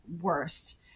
worse